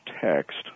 text